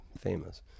famous